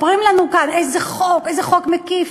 מספרים לנו כאן איזה חוק ואיזה חוק מקיף.